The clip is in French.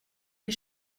des